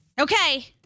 okay